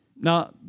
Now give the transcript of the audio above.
Now